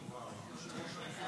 היושב-ראש,